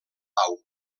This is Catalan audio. pau